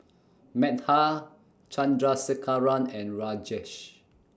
Medha Chandrasekaran and Rajesh